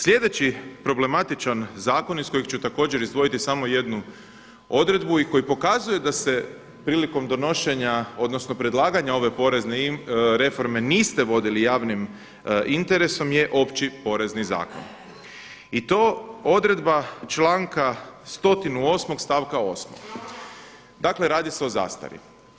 Sljedeći problematičan zakon iz kojeg ću također izdvojiti samo jednu odredbu i koji pokazuje da se prilikom donošenja odnosno predlaganja ove porezne reforme niste vodili javnim interesom je Opći porezni zakon i to odredba članka 108. stavka 8. Dakle, radi se o zastari.